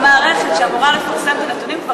המערכת שאמורה לפרסם את הנתונים כבר